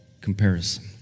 comparison